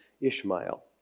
Ishmael